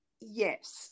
yes